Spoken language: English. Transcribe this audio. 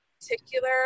particular